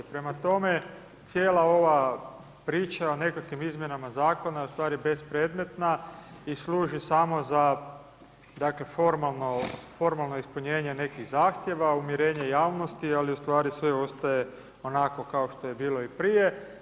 Prema tome, cijela ova priča, o nekakvim izmjenama zakona, ustvari je bespredmetna i služi samo za formalno ispunjenje nekih zahtjeva, umirenje javnosti, ali ustvari sve ostaje onako kao što je bilo i prije.